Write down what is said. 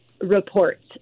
reports